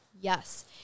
Yes